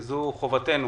זו חובתנו